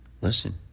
listen